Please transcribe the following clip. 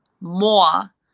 more